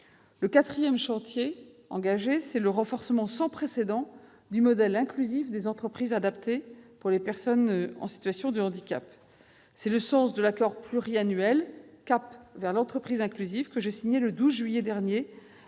Le quatrième chantier engagé a trait au renforcement sans précédent du modèle inclusif des entreprises adaptées pour les personnes en situation de handicap. C'est le sens de l'accord pluriannuel « Cap vers l'entreprise inclusive 2018-2022 » que j'ai signé avec le secteur